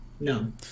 No